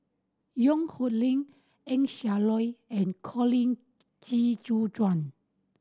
Yong Nyuk Lin Eng Siak Loy and Colin Qi Zhe Quan